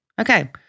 Okay